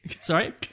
Sorry